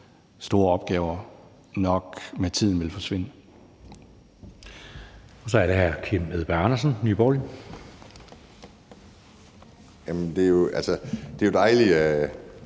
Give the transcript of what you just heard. opgaver nok med tiden vil forsvinde.